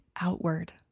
outward